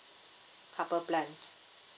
couple plan